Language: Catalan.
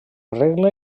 regle